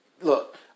Look